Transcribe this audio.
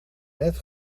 net